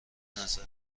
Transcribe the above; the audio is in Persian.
نظر